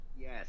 Yes